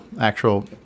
actual